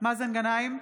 מאזן גנאים,